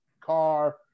car